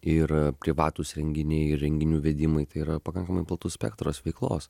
ir privatūs renginiai ir renginių vedimui tai yra pakankamai platus spektras veiklos